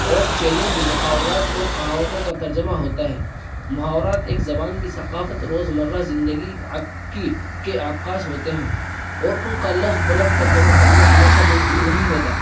اور چیلنج محاورات اور کہاوتوں کا ترجمہ ہوتا ہے محاورات ایک زبان کی ثقافت روزمرہ زندگی کی کے عکاس ہوتے ہیں اور ان کا لفظ بہ لفظ ترجمہ کرنا ہمیشہ ممکن نہیں ہوتا